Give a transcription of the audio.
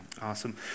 awesome